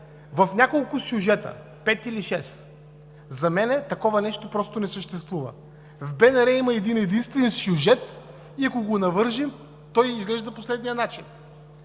в няколко сюжета – пет или шест. За мен такова нещо просто не съществува. В БНР има един единствен сюжет и ако го навържем, той изглежда по следния начин: